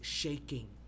shaking